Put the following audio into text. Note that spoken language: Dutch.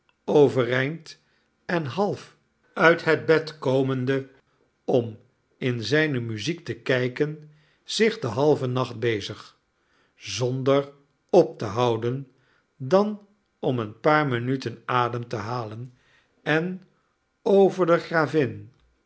overeind en half uit het bed komende om in zijne muziek te kijken zich den halven nacht bezig zonder op te houden dan om een paar minuten adem te halen en over de gravin